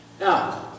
Now